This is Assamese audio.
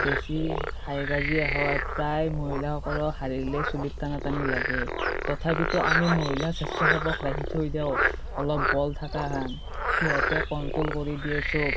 বেছি হাই কাজিয়া হয় প্ৰায় মহিলাসকলৰ হাৰিলে চুলিত টানা টানি লাগে তথাপিতো আমি মহিলা স্বেচ্ছাসেৱক ৰাখি থৈ দেওঁ অলপ বল থাকা হেন সিহঁতে কণ্ট্ৰ'ল কৰি দিয়ে চব